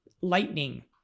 lightning